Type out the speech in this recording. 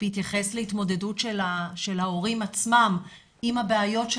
בהתייחס להתמודדות של ההורים עצמם עם הבעיות של